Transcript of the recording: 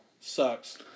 sucks